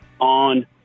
on